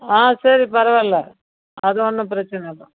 ஆ சரி பரவாயில்ல அது ஒன்றும் பிரச்சனை இல்லை